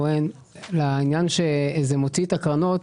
הכוונה לעניין שזה מוציא את הקרנות.